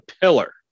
pillar